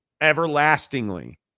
everlastingly